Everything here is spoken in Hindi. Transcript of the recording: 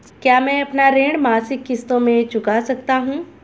क्या मैं अपना ऋण मासिक किश्तों में चुका सकता हूँ?